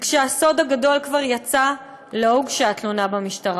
"וכשהסוד הגדול כבר יצא, לא הוגשה תלונה במשטרה.